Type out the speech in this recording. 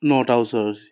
নটা ওচৰত